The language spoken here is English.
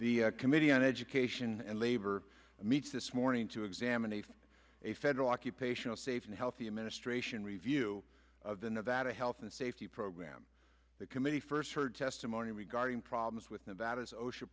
the committee on education and labor meets this morning to examine a a federal occupational safe and healthy administration review of the nevada health and safety program the committee first heard testimony regarding problems with nevada social